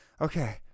Okay